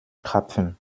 krapfen